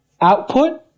output